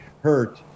hurt